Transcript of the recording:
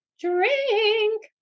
drink